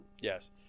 Yes